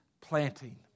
planting